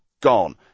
gone